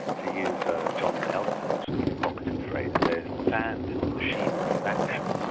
to use ah jon elster's evocative phrase they're sand in the machinery of action,